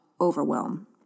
overwhelm